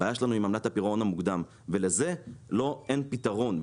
הבעיה שלנו עם עמלת הפירעון המוקדם ולזה אין פתרון,